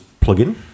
plugin